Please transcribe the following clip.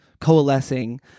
coalescing